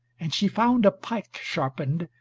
and she found a pike sharpened,